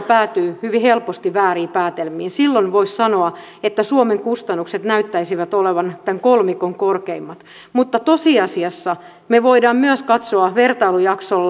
päätyä hyvin helposti vääriin päätelmiin silloin voisi sanoa että suomen kustannukset näyttäisivät olevan tämän kolmikon korkeimmat mutta tosiasiassa me voimme katsoa myös vertailujaksoa